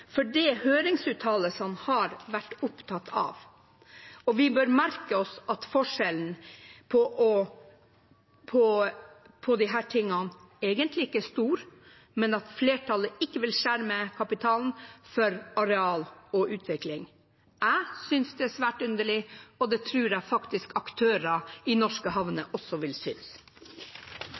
det har høringsuttalelsene vært opptatt av. Vi bør merke oss at forskjellen på disse tingene egentlig ikke er stor, men at flertallet ikke vil skjerme kapitalen for areal og utvikling. Jeg synes det er svært underlig, og det tror jeg faktisk aktører i norske havner også vil synes.